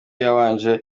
yabanje